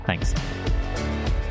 Thanks